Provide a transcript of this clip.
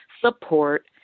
support